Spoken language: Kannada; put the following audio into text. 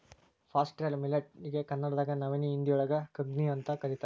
ಫಾಸ್ಟ್ರೈಲ್ ಮಿಲೆಟ್ ಗೆ ಕನ್ನಡದಾಗ ನವನಿ, ಹಿಂದಿಯೋಳಗ ಕಂಗ್ನಿಅಂತ ಕರೇತಾರ